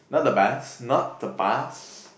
not the best not the best